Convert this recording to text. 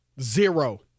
Zero